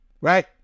Right